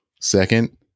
second